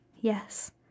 yes